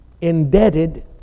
indebted